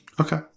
okay